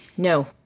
No